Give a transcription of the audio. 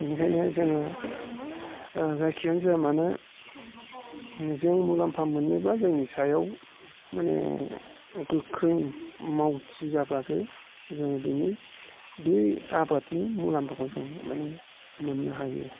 बेनिखायनो जोङो जायखियानो जाया मानो जों मुलाम्फा मोननोबा जोंनि सायाव माने गोख्रों मावथि जाबासो जों बिनि बे आबादनि मुलाम्फाखौ जों माने मोननो हायो